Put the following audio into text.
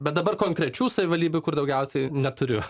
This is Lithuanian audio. bet dabar konkrečių savivaldybių kur daugiausiai neturiu